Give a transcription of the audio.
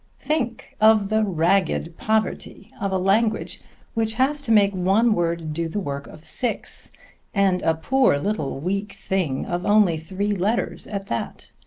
think of the ragged poverty of a language which has to make one word do the work of six and a poor little weak thing of only three letters at that.